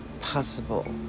possible